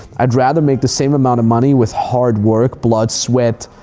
i'd rather make the same amount of money with hard work, blood, sweat,